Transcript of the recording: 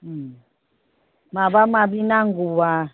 उम माबा माबि नांगौब्ला